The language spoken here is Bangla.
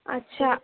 আচ্ছা